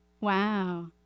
Wow